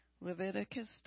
Leviticus